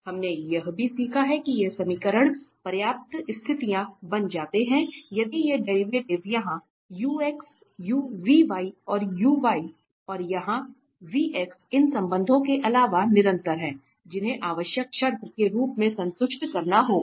हमने यह भी सीखा है कि ये समीकरण पर्याप्त स्थितियां बन जाते हैं यदि ये डेरिवेटिव यहां और यहां इन संबंधों के अलावा निरंतर हैं जिन्हें आवश्यक शर्त के रूप में संतुष्ट करना होगा